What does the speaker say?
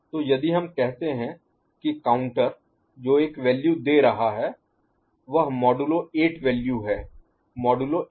तो यदि हम कहते हैं कि काउंटर जो एक वैल्यू दे रहा है वह मॉडुलो 8 वैल्यू है मॉडुलो 8